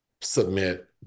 submit